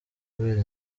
kubera